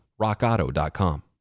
rockauto.com